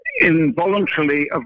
involuntarily